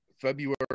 February